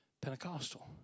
Pentecostal